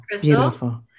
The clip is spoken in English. beautiful